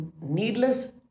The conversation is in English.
needless